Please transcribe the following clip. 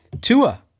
Tua